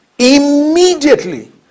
Immediately